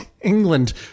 England